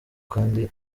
kandi